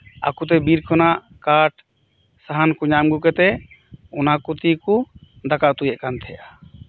ᱟᱠᱚᱛᱮ ᱵᱤᱨᱠᱷᱚᱱᱟᱜ ᱠᱟᱴ ᱥᱟᱦᱟᱱ ᱠᱚ ᱧᱟᱢ ᱟᱹᱜᱩ ᱠᱟᱛᱮᱫ ᱚᱱᱟᱠᱚ ᱛᱮᱜᱮᱠᱚ ᱫᱟᱠᱟ ᱩᱛᱩᱭᱮᱫ ᱠᱟᱱ ᱛᱟᱦᱮᱫᱼᱟ